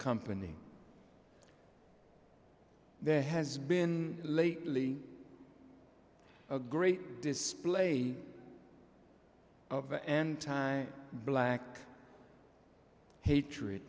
company there has been lately a great display of anti black hatred